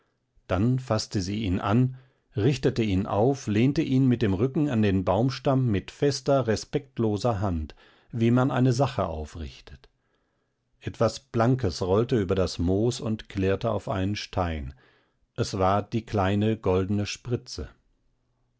dann faßte sie ihn an richtete ihn auf lehnte ihn mit dem rücken an den baumstamm mit fester respektloser hand wie man eine sache aufrichtet etwas blankes rollte über das moos und klirrte auf einen stein es war die kleine goldene spritze